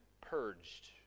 purged